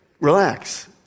relax